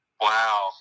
Wow